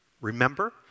Remember